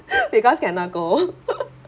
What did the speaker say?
because cannot go